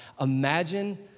Imagine